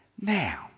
Now